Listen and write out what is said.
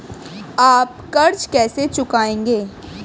आप कर्ज कैसे चुकाएंगे?